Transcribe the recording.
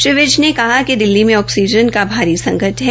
श्री विज ने कहा कि दिल्ली में ऑक्सीजन का भारी संकट है